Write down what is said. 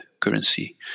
currency